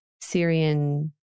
Syrian